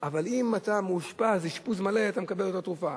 אבל אם אתה מאושפז אשפוז מלא, אתה מקבל את התרופה.